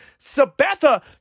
Sabetha